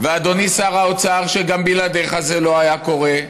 ואדוני שר האוצר, שגם בלעדיך זה לא היה קורה,